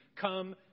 come